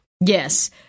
Yes